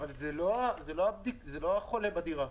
זה לא החולה בדירה.